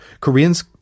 Koreans